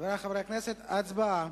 חברי חברי הכנסת, הצבעה.